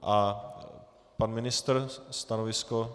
A pan ministr stanovisko?